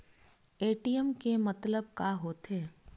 ATM के मतलब का होथे?